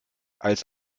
als